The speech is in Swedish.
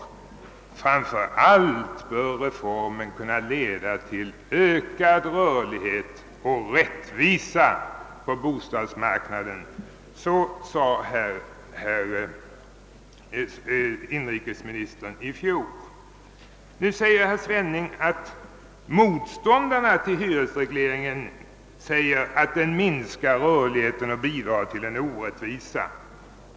Framför allt bör reformen kunna leda till ökad rörlighet och rättvisa på bostadsmarknaden.» Så sade herr inrikesministern i fjol. Nu säger herr Svenning att motstån darna till hyresregleringen anser att den minskar rörligheten och bidrar till att skapa orättvisa.